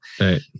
right